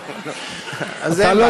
הוא פה, אז אין בעיה.